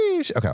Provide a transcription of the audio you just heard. Okay